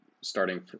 starting